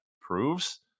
proves